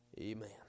amen